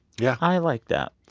yeah i like that,